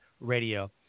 Radio